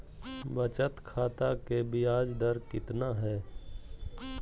बचत खाता के बियाज दर कितना है?